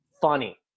funny